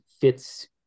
fits